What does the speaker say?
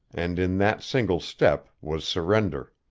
and in that single step was surrender.